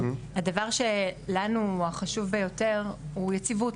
הדבר שלנו הוא החשוב ביותר הוא יציבות.